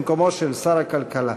את מקומו של שר הכלכלה.